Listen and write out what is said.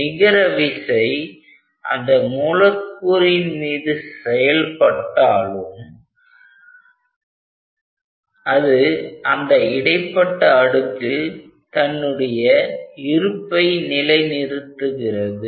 நிகர விசை அந்த மூலக்கூறின் மீது செயல்பட்டாலும் அது அந்த இடைப்பட்ட அடுக்கில் தன்னுடைய இருப்பை நிலைநிறுத்துகிறது